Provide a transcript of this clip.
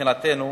מבחינתנו